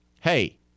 hey